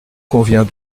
convient